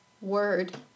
word